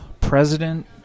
President